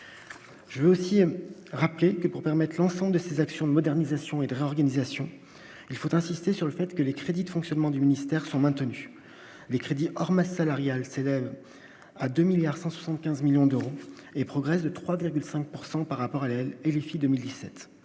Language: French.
Je veux aussi rappeler que pour permettre à l'ensemble de ces actions de modernisation et de réorganisation, il faut insister sur le fait que les crédits de fonctionnement du ministère sont maintenus les crédits hors masse salariale s'élève à 2 milliards 175 millions d'euros et progresse de 3,5 pourcent par rapport à l'laquelle